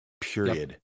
period